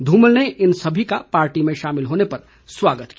धूमल ने इन सभी का पार्टी में शामिल होने पर स्वागत किया